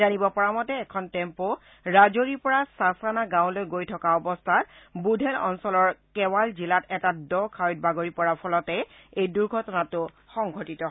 জানিব পৰা মতে এখন টেম্প ৰাজৌৰিৰ পৰা চাচানা গাঁৱলৈ গৈ থকা অৰস্থাত বুধেল অঞ্চলৰ কেৱাল জিলাত এটা দ খাৱৈত বাগৰি পৰাৰ ফলতে এই দুৰ্ঘটনাটো সংঘটিত হয়